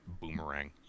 boomerang